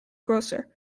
größer